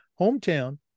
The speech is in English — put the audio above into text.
hometown